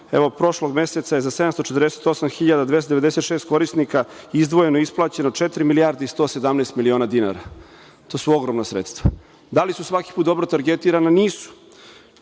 evo, prošlog meseca je za 748.296 korisnika izdvojeno i isplaćeno četiri milijarde i 117 miliona dinara. To su ogromna sredstva. Da li su svaki put dobro targetirana? Nisu.